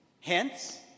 Hence